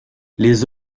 les